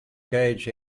gauge